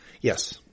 Yes